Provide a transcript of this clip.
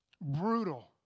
Brutal